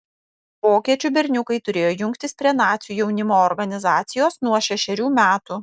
vokiečių berniukai turėjo jungtis prie nacių jaunimo organizacijos nuo šešerių metų